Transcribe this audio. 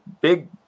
big